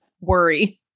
worry